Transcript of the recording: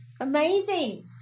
Amazing